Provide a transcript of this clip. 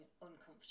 uncomfortable